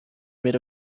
mid